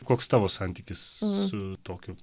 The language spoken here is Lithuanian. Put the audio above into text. koks tavo santykis su tokiu